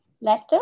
letter